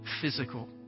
physical